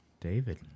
David